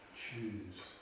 choose